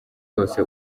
yose